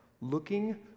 looking